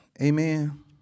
Amen